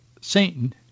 Satan